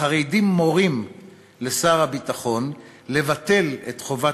החרדים מורים לשר הביטחון לבטל את חובת